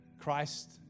Christ